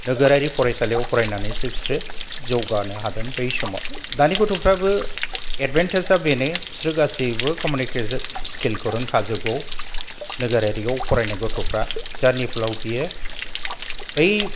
नोगोरारि फरायसालियाव फरायनानैसो बिसोरो जौगानो हादों बै समाव दानि गथ'फ्राबो एडभान्टेजा बेनो बिसोरो गासैबो कमिउनिकेशन स्किलखौ रोंखागौ नोगोरारियाव फरायनाय गथ'फ्रा जायनिफलाव बियो बै